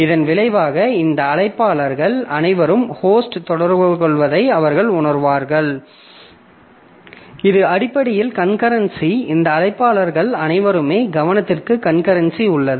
இதன் விளைவாக இந்த அழைப்பாளர்கள் அனைவருமே ஹோஸ்ட் தொடர்புகொள்வதை அவர்கள் உணருவார்கள் இது அடிப்படையில் கன்கரன்சி இந்த அழைப்பாளர்கள் அனைவருமே கவனத்தில் கன்கரன்சி உள்ளது